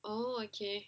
oh okay